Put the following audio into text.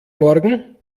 morgen